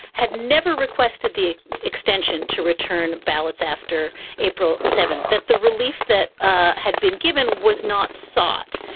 had never requested the extension to return ballots after april seventh, that the relief that ah had been given was not sought.